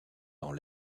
dans